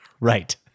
Right